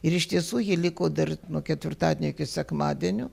ir iš tiesų ji liko dar nuo ketvirtadienio iki sekmadienio